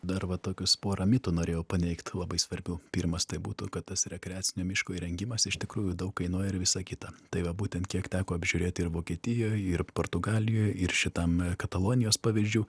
dar va tokius porą mitų norėjau paneigt labai svarbių pirmas tai būtų kad tas rekreacinio miško įrengimas iš tikrųjų daug kainuoja ir visa kita tai va būtent kiek teko apžiūrėti ir vokietijoj ir portugalijoj ir šitam katalonijos pavyzdžių